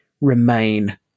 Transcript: remain